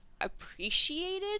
appreciated